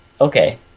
Okay